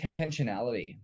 intentionality